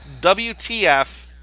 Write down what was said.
WTF